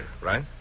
right